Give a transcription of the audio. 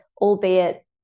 albeit